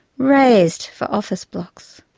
razed for office blocks.